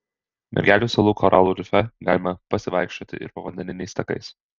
mergelių salų koralų rife galima pasivaikščioti ir povandeniniais takais